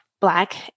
black